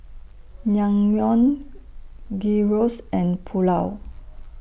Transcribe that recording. Naengmyeon Gyros and Pulao